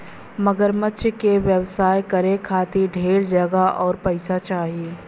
मगरमच्छ क व्यवसाय करे खातिर ढेर जगह आउर पइसा चाही